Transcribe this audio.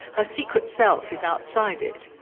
her secret self is outside it.